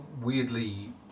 weirdly